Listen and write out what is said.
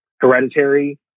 hereditary